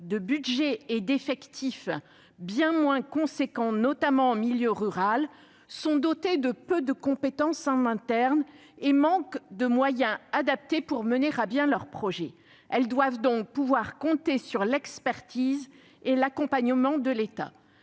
de budgets et d'effectifs bien moins importants, notamment en milieu rural, sont dotées de peu de compétences en interne et manquent de moyens adaptés pour mener à bien leurs projets. Elles doivent donc pouvoir compter sur l'expertise et l'accompagnement de l'État.